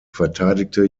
verteidigte